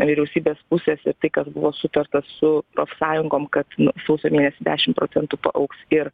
vyriausybės pusės į tai kas buvo sutarta su profsąjungom kad nu sausio mėnesį dešimt procentų paaugs ir